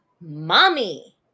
mommy